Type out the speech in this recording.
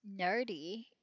nerdy